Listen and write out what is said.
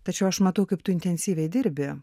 tačiau aš matau kaip tu intensyviai dirbi